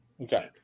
Okay